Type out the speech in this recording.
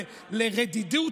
לרדידות,